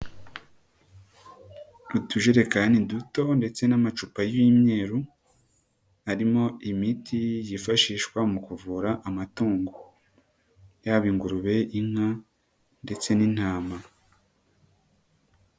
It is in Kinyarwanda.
Utujerekani duto ndetse n'amacupa y'imyeru, harimo imiti yifashishwa mu kuvura amatungo, yaba ingurube, inka ndetse n'intama.